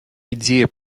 идея